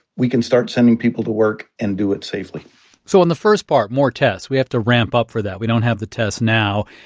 we can start sending people work and do it safely so in the first part, more tests, we have to ramp up for that. we don't have the tests now.